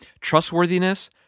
trustworthiness